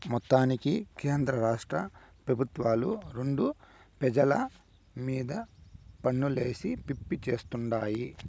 మొత్తానికి కేంద్రరాష్ట్ర పెబుత్వాలు రెండు పెజల మీద పన్నులేసి పిప్పి చేత్తుండాయి